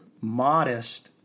modest